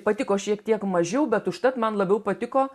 patiko šiek tiek mažiau bet užtat man labiau patiko